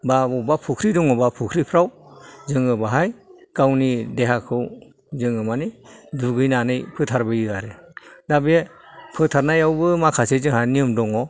बा मबेबा फख्रि दङबा फख्रियाव जोङो बावहाय जोंनि देहाखौ जोङो माने दुगैनानै फोथारबोयो आरो दा बे फोथारनायावबो माखासे जोंहा नियम दङ